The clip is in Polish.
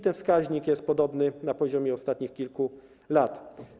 Ten wskaźnik jest podobny, na poziomie ostatnich kilku lat.